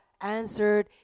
answered